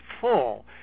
full